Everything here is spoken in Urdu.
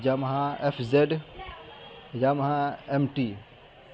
ج محہاں ایف زیڈ محہ ایم ٹی